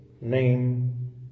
name